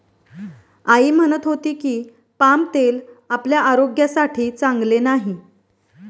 आई म्हणत होती की, पाम तेल आपल्या आरोग्यासाठी चांगले नाही